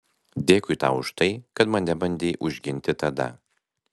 dėkui tau už tai kad mane bandei užginti tada